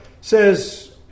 says